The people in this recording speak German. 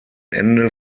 ende